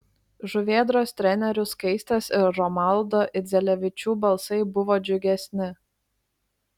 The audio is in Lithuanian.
žuvėdros trenerių skaistės ir romaldo idzelevičių balsai buvo džiugesni